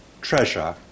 treasure